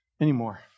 anymore